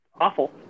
awful